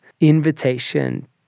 invitation